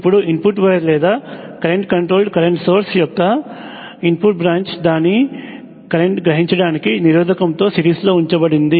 ఇప్పుడు input wire లేదా current controlled current source యొక్క ఇన్పుట్ బ్రాంచ్ దాని కరెంట్ని గ్రహించడానికి నిరోధకముతో సిరీస్లో ఉంచబడింది